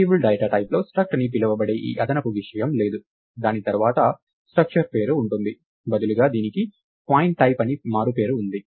variable data టైప్లో struct అని పిలువబడే ఈ అదనపు విషయం లేదు దాని తర్వాత స్ట్రక్చర్ పేరు ఉంటుంది బదులుగా దీనికి పాయింట్టైప్ అనే మారుపేరు ఉంది